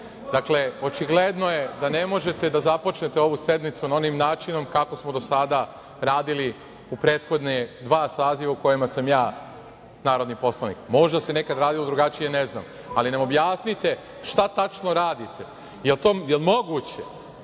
traju. Dakle, očigledno je da ne možete da započnete ovu sednicu onim načinom kako smo do sada radili u prethodna dva saziva u kojima sam ja narodni poslanik, možda se nekada radilo drugačije, ne znam, ali nam objasnite šta tačno radite? Jel moguće